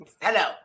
Hello